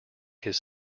his